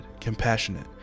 compassionate